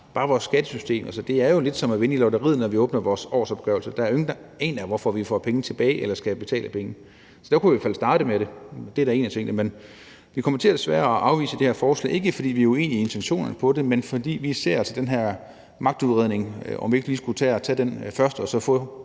bare på vores skattesystem. Det er jo lidt som at vinde i lotteriet, når vi åbner vores årsopgørelse. Der er jo ingen, der aner, hvorfor vi får penge tilbage, eller skal betale penge. Der kunne vi i hvert fald starte med det. Det er da en af tingene. Men vi kommer desværre til at afvise det her forslag – ikke, fordi vi er uenige i intentionerne i det, men fordi vi ser den her magtudredning komme, altså om vi ikke skulle tage den først og så få